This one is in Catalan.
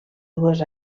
dues